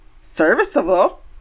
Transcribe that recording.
serviceable